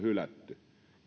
hylätty ja he